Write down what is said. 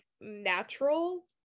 natural